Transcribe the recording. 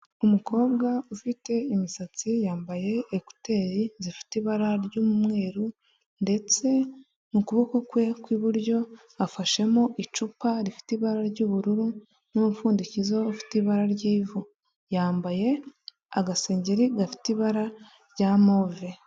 Umukobwa ufite imisatsi yambaye ekuteri zifite ibara ry'umweru ndetse mu kuboko kwe kw'iburyo afashemo icupa rifite ibara ry'ubururu n'umupfundikizo ufite ibara ry'ivu. Yambaye agasengeri gafite ibara rya move.